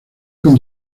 con